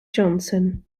johnson